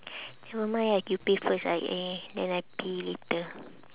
never mind ah you pay first I I then I pay you later